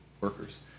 workers